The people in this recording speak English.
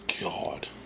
god